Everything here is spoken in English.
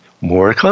more